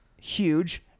huge